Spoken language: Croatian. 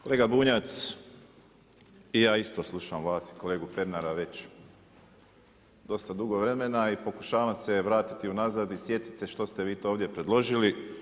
Kolega Bunjac i ja isto slušam vas i kolegu Pernara već dosta dugo vremena i pokušavam se vratiti unazad i sjetiti se što ste vi to ovdje predložili.